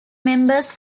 members